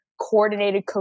coordinated